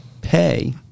pay